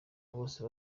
bose